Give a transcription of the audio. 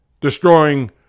destroying